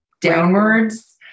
downwards